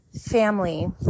family